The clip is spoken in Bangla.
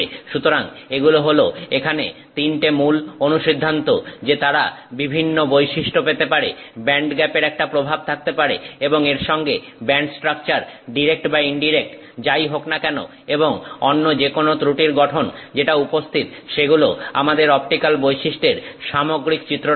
সুতরাং এগুলো হলো এখানে তিনটে মূল অনুসিদ্ধান্ত যে তারা বিভিন্ন বৈশিষ্ট্য পেতে পারে ব্যান্ডগ্যাপের একটা প্রভাব থাকতে পারে এবং এর সঙ্গে ব্যান্ড স্ট্রাকচার ডিরেক্ট বা ইনডিরেক্ট যাই হোক না কেন এবং অন্য যেকোন ত্রুটির গঠন যেটা উপস্থিত সেগুলো আমাদের অপটিক্যাল বৈশিষ্ট্যের সামগ্রিক চিত্র দেয়